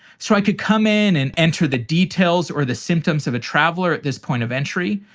so i could come in and enter the details or the symptoms of a traveler at this point of entry,